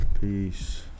peace